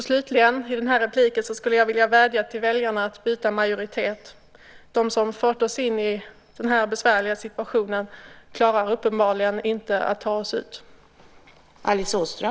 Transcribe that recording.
Slutligen skulle jag vilja vädja till väljarna att byta majoritet. De som fört oss in i den här besvärliga situationen klarar uppenbarligen inte att ta oss ur den.